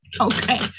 Okay